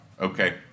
Okay